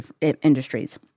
industries